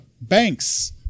Banks